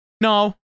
No